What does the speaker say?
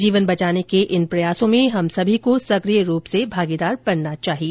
जीवन बचाने के इन प्रयासों में हम सभी को सकिय रूप से भागीदार बनना चाहिए